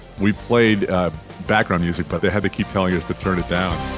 we played background music, but they had to keep telling us to turn it down